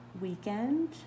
weekend